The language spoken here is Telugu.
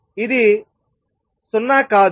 ఇది 0 కాదు